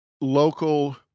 local